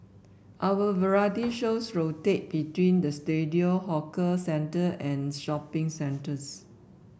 our variety shows rotate between the studio hawker centre and shopping centres